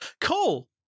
Cole